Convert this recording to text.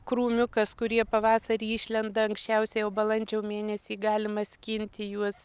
krūmiukas kurie pavasarį išlenda anksčiausiai jau balandžio mėnesį galima skinti juos